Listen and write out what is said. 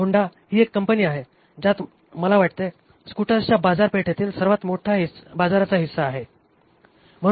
Honda ही एक company आहे ज्यात मला वाटते स्कूटर्सच्या बाजारपेठेतील सर्वात मोठा बाजाराचा हिस्सा आहे